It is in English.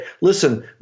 listen